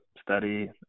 study